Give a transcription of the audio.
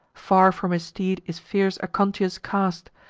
far from his steed is fierce aconteus cast,